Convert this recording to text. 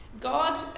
God